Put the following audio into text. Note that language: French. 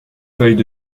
feuilles